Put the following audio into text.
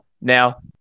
Now